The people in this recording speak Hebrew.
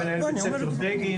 מנהל בית ספר בגין,